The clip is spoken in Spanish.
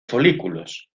folículos